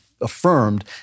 affirmed